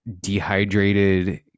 dehydrated